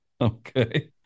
Okay